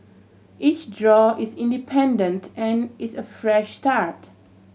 each draw is independent and is a fresh start